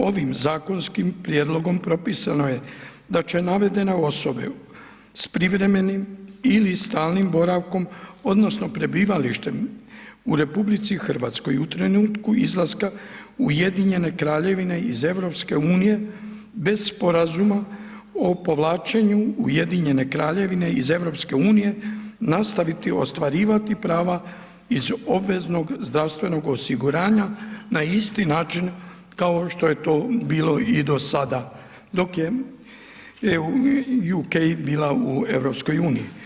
Ovim zakonskim prijedlogom, propisano je da će navedene osobe, s privremenim ili stalnim boravkom, odnosno, prebivalištem u RH, u trenutku izlaska Ujedinjene Kraljevine iz EU, bez sporazuma o povlačenju Ujedinjene Kraljevine iz EU nastaviti ostvarivati prava iz obveznog zdravstvenog osiguranja, na isti način kao što je to bilo i do sada, dok je UK bila u EU.